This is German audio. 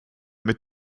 mit